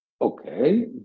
Okay